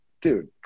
dude